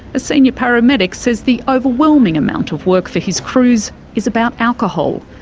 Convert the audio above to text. a senior paramedic says the overwhelming amount of work for his crews is about alcohol.